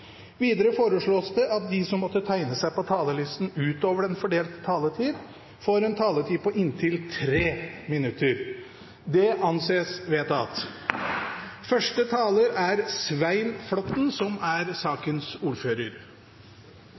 Videre foreslås det at de som måtte tegne seg på talerlisten utover den fordelte taletid, får en taletid på inntil 3 minutter. – Det anses vedtatt. Jeg er